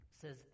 says